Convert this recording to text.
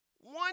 One